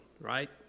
right